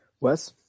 Wes